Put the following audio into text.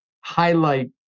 highlight